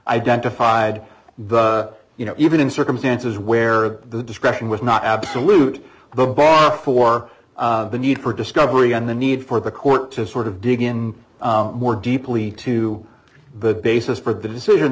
identified the you know even in circumstances where the discretion was not absolute the bar for the need for discovery and the need for the court to sort of dig in more deeply to the basis for the decision